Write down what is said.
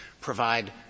provide